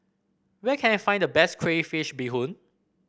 where can I find the best Crayfish Beehoon